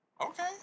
Okay